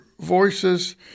voices